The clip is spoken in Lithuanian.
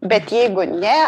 bet jeigu ne